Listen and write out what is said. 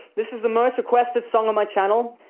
this is the most requested song on my channel,